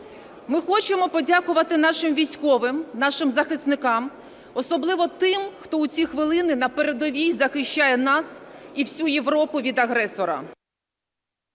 Ми хочемо подякувати нашим військовим, нашим захисникам, особливо тим, хто у ці хвилини на передовій захищає нас і всю Європу від агресора.